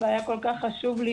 והיה כל כך חשוב לי,